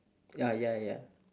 ah ya ya